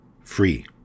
free